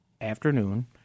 afternoon